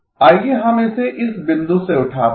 आइए हम इसे इस बिंदु से उठाते हैं